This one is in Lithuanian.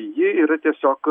ji yra tiesiog